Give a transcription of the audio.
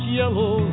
yellow